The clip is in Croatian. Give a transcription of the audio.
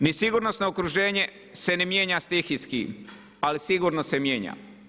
Ni sigurnosno okruženje se ne mijenja stihijski ali sigurno se mijenja.